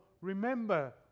remember